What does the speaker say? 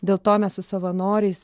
dėl to mes su savanoriais